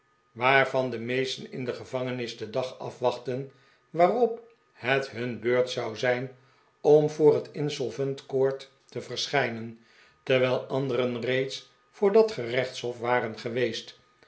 waarvan de meesten in de gevangenis den dag afwachtten waarop het nun beurt zou zijn om voor het insolvent court te verschijnen terwijl anderen reeds voor dat gerechtshof waren geweest